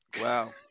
Wow